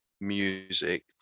music